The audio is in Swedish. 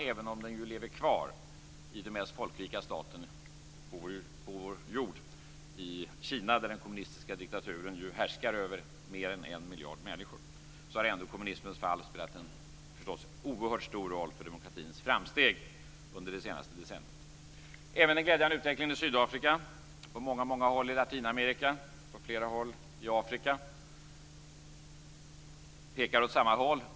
Även om den lever kvar i den mest folkrika staten på vår jord, Kina, där den kommunistiska diktaturen härskar över mer än 1 miljard människor, har kommunismens fall ändå spelat en oerhört stor roll för demokratins framsteg under det senaste decenniet. Det har även varit en glädjande utveckling i Sydafrika, på många håll i Latinamerika och Afrika. Det pekar åt samma riktning.